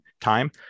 time